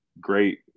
Great